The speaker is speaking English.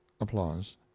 Applause